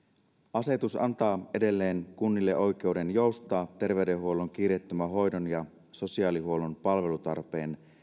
asetus antaa edelleen kunnille oikeuden joustaa terveydenhuollon kiireettömän hoidon ja sosiaalihuollon palvelutarpeen